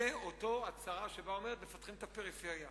זאת אותה צרה שאומרת: מפתחים את הפריפריה.